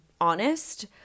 honest